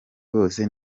bose